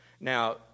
Now